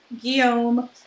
Guillaume